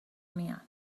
میان